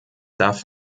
darf